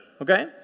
Okay